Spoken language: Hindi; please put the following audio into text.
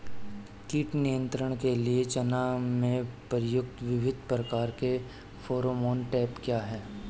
कीट नियंत्रण के लिए चना में प्रयुक्त विभिन्न प्रकार के फेरोमोन ट्रैप क्या है?